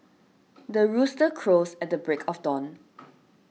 the rooster crows at the break of dawn